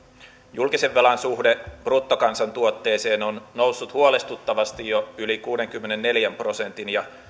julkisen velan suhde bruttokansantuotteeseen on noussut huolestuttavasti jo yli kuudenkymmenenneljän prosentin ja